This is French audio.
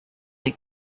est